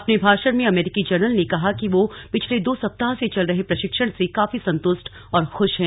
अपने भाषण में अमेरिकी जनरल ने कहा कि वो पिछले दो सप्ताह से चल रहे प्रशिक्षण से काफी संतृष्ट और खुश हैं